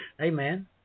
Amen